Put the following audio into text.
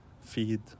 feed